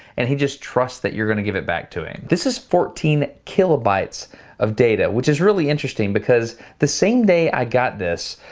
and he just trusts that you're gonna give it back to him. this is fourteen kilobytes of data, which is really interesting because the same day i got this,